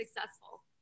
successful